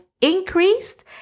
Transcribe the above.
increased